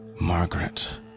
Margaret